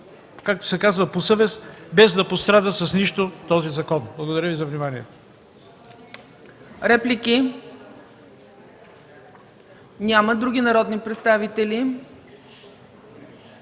както се казва, по съвест, без да пострада с нищо този закон. Благодаря Ви за вниманието.